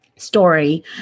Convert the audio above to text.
story